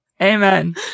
amen